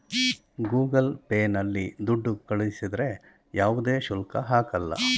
Google Pay ನಲ್ಲಿ ದುಡ್ಡು ಕಳಿಸಿದರೆ ಯಾವುದೇ ಶುಲ್ಕ ಹಾಕಲ್ಲ